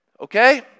Okay